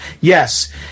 yes